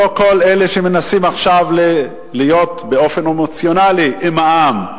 לא כל אלה שמנסים עכשיו להיות באופן אמוציונלי עם העם,